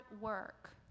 work